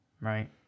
right